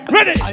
Ready